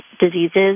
diseases